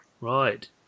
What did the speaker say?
Right